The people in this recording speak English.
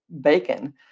bacon